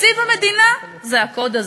תקציב המדינה זה הקוד הזה.